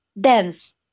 dance